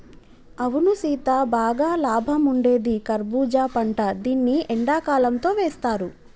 అవును సీత బాగా లాభం ఉండేది కర్బూజా పంట దీన్ని ఎండకాలంతో వేస్తారు